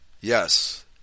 Yes